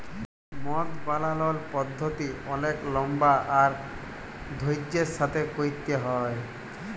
মদ বালালর পদ্ধতি অলেক লম্বা আর ধইর্যের সাথে ক্যইরতে হ্যয়